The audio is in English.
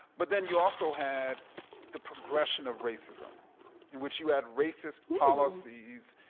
but then you also had the progression of racism in which you had racist policies,